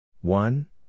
One